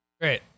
Great